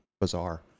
bizarre